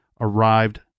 arrived